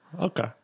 Okay